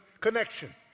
connection